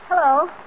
Hello